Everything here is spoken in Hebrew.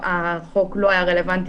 ואז החוק לא היה רלוונטי.